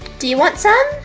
do you want some?